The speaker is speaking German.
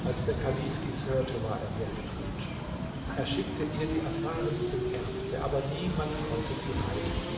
als der kalif dies hörte war er sehr betrübt er schickte ihr die erfahrensten ärzte aber niemand konnte sie heilen